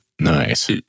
Nice